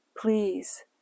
Please